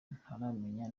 ntaramenya